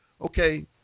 Okay